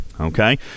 Okay